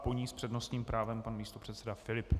Po ní s přednostním právem pan místopředseda Filip.